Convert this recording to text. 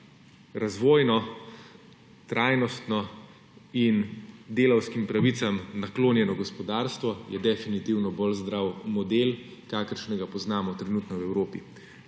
razvojno, trajnostno in delavskim pravicam naklonjeno gospodarstvo? Definitivno je bolj zdrav model, kakršnega poznamo trenutno v Evropi.